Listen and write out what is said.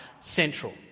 central